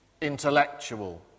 intellectual